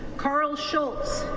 karl scholz,